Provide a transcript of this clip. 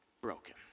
broken